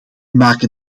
maken